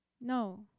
No